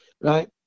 right